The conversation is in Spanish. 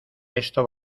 esto